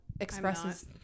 expresses